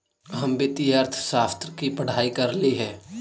हम वित्तीय अर्थशास्त्र की पढ़ाई करली हे